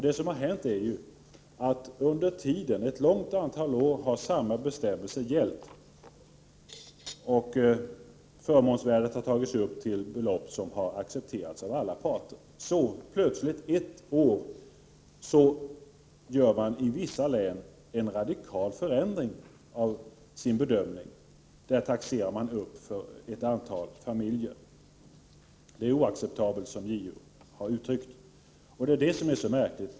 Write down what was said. Vi har ju under ett stort antal år haft oförändrade bestämmelser, och förmånsvärdet har tagits upp till belopp som har accepterats av alla parter, men plötsligt ett år gör man i vissa län en radikal förändring av bedömningen och taxerar upp ett antal familjer. Detta är oacceptabelt, som JO har uttryckt det. Det är detta som är så märkligt.